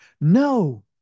no